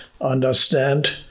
understand